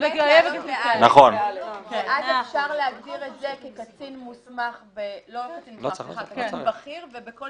אז אפשר להגדיר את זה כקצין בכיר ובכל